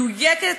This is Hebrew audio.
מדויקת,